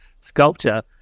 sculpture